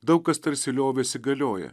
daug kas tarsi liovėsi galioję